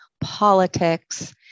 politics